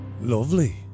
Lovely